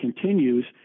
continues